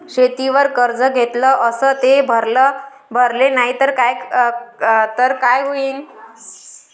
शेतीवर कर्ज घेतले अस ते भरले नाही तर काय होईन?